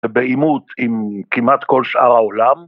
‫בעימות עם כמעט כל שאר העולם.